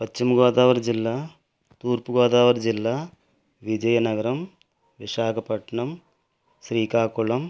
పశ్చిమ గోదావరి జిల్లా తూర్పు గోదావరి జిల్లా విజయనగరం విశాఖపట్నం శ్రీకాకుళం